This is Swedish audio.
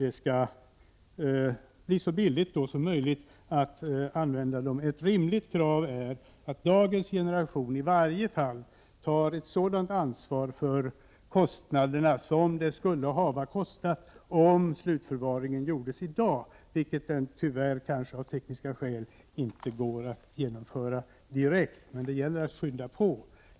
Ett rimligt krav är att dagens generation tar ett lika stort ansvar för kostnaderna som det skulle ha kostat att ordna slutförvaringen i dag, vilket tyvärr av tekniska skäl inte är möjligt. Det gäller att skynda på.